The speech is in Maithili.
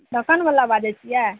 दोकान बला बाजैत छियै